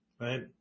right